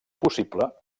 possible